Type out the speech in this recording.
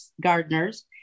gardeners